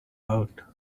out